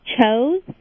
chose